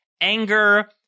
anger